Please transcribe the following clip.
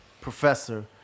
Professor